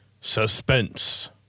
suspense